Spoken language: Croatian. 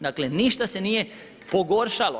Dakle, ništa se nije pogoršalo.